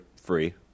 free